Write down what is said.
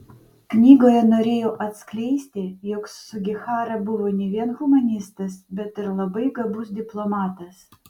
knygoje norėjau atskleisti jog sugihara buvo ne vien humanistas bet ir labai gabus diplomatas